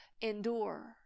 endure